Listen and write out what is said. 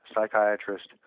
psychiatrist